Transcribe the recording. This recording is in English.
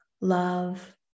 love